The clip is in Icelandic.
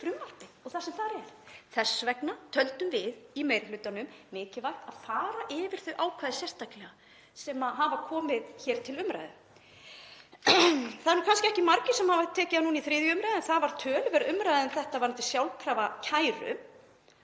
sem standast ekki. Þess vegna töldum við í meiri hlutanum mikilvægt að fara yfir þau ákvæði sérstaklega sem hafa komið hér til umræðu. Það eru kannski ekki margir sem hafa tekið það fyrir núna í 3. umr., en það var töluverð umræða um þetta varðandi sjálfkrafa kæru.